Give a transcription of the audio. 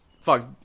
fuck